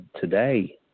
today